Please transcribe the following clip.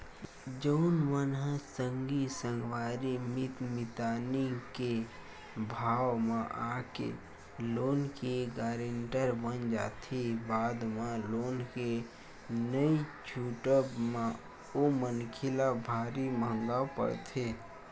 जउन मन ह संगी संगवारी मीत मितानी के भाव म आके लोन के गारेंटर बन जाथे बाद म लोन के नइ छूटब म ओ मनखे ल भारी महंगा पड़थे